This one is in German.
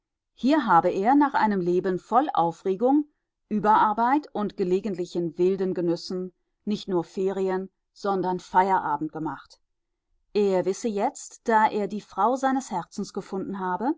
hier habe er nach einem leben voll aufregung überarbeit und gelegentlichen wilden genüssen nicht nur ferien sondern feierabend gemacht er wisse jetzt da er die frau seines herzens gefunden habe